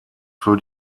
für